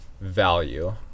value